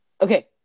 Okay